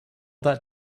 that